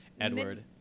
Edward